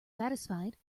satisfied